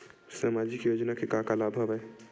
सामाजिक योजना के का का लाभ हवय?